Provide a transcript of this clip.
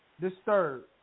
disturbed